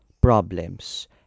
problems